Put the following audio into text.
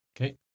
Okay